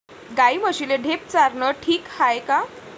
गाई म्हशीले ढेप चारनं ठीक हाये का?